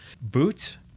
Boots